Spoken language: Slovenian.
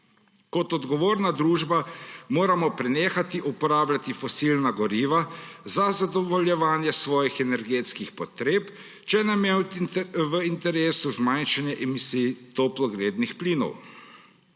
Kot odgovorna družba moramo prenehati uporabljati fosilna goriva za zadovoljevanje svojih energetskih potreb, če nam je v interesu zmanjšanje emisij toplogrednih plinov.